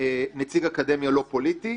נציג אקדמיה לא פוליטי.